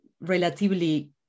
relatively